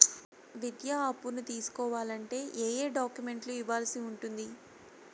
విద్యా అప్పును తీసుకోవాలంటే ఏ ఏ డాక్యుమెంట్లు ఇవ్వాల్సి ఉంటుంది